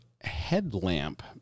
headlamp